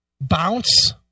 Bounce